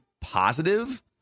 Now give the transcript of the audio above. positive